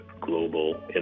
global